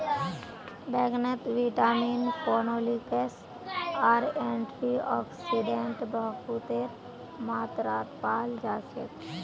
बैंगनत vitamin, phenolics आर antioxidant बहुतेर मात्रात पाल जा छेक